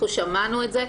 אנחנו שמענו את זה,